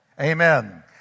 Amen